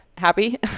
happy